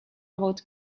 about